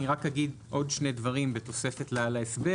רק אומר עוד שני דברים בתוספת להסבר